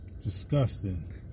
Disgusting